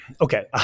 Okay